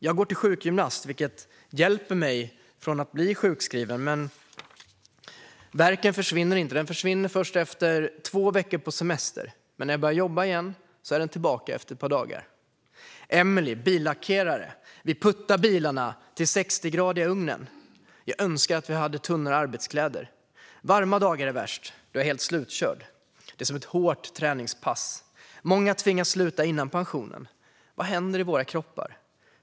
Jag går till sjukgymnast, vilket hjälper mig från att bli sjukskriven, men värken försvinner inte. Den försvinner först efter två veckors semester. Men när jag börjar jobba igen är den tillbaka efter ett par dagar. Emilie, billackerare, säger: Vi puttar bilarna till den 60-gradiga ugnen. Jag önskar att vi hade tunnare arbetskläder. Varma dagar är värst, då är jag helt slutkörd. Det är som ett hårt träningspass. Många tvingas sluta innan pensionen. Vad händer i våra kroppar?